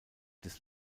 des